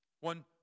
One